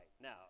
Now